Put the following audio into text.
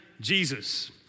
Jesus